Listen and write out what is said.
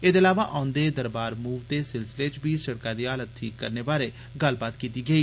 एहदे इलावा औंदे दरबार मूव दे सिलसिले च बी सड़कै दी हालत ठीक रक्खने बारै गल्लबात कीती गेई